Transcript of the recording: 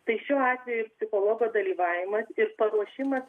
tai šiuo atveju psichologo dalyvavimas ir paruošimas